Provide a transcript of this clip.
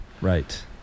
Right